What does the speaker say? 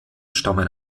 stammen